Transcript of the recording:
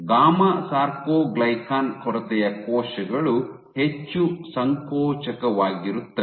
gamma sarcoglycan ಕೊರತೆಯ ಕೋಶಗಳು ಹೆಚ್ಚು ಸಂಕೋಚಕವಾಗಿರುತ್ತವೆ